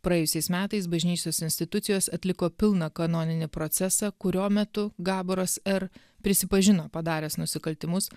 praėjusiais metais bažnyčios institucijos atliko pilną kanoninį procesą kurio metu gaboras r prisipažino padaręs nusikaltimus